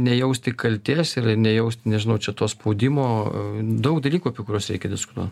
nejausti kaltės ir nejausti nežinau čia to spaudimo daug dalykų apie kuriuos reikia diskutuot